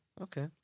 Okay